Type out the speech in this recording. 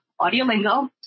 audiolingo